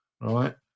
right